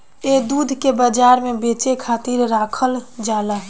ए दूध के बाजार में बेचे खातिर राखल जाला